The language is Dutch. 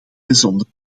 bijzonder